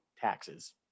taxes